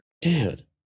Dude